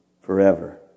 forever